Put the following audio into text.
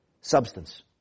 substance